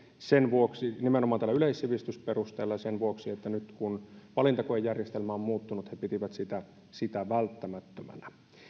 nimenomaan tällä yleissivistysperusteella ja sen vuoksi että nyt kun valintakoejärjestelmä on muuttunut he pitivät sitä sitä välttämättömänä